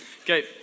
Okay